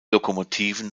lokomotiven